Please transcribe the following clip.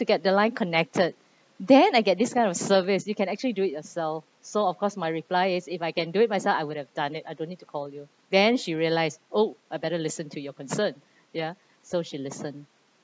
to get the line connected then I get this kind of service you can actually do it yourself so of course my reply is if I can do it myself I would have done it I don't need to call you then she realise oh I'd better listen to your concern ya so she listen